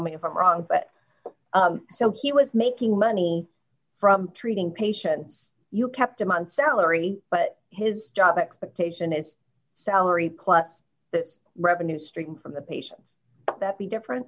me if i'm wrong but so he was making money from treating patients you kept him on salary but his job expectation is salary class that revenue stream from the patients that be different